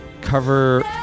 cover